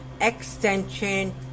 extension